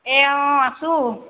এই অঁ আছোঁ